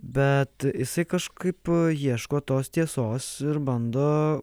bet jisai kažkaip ieško tos tiesos ir bando